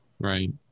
right